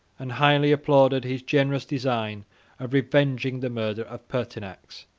and highly applauded his generous design of revenging the murder of pertinax.